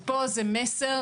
פה זה מסר